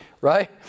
right